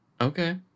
Okay